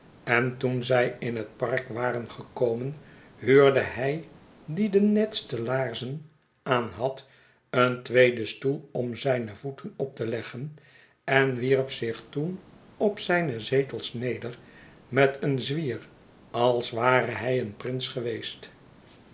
en toen zij in het park waren gekomen huurde hij die de netste laarzen aanhad een tweeden stoei om zijne voeten op te leggen en wierp zich toen op zijne zetels neder met een zwier als ware hij een prins geweest